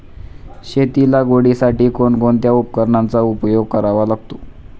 शेती लागवडीसाठी कोणकोणत्या उपकरणांचा उपयोग करावा लागतो?